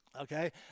Okay